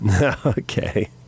okay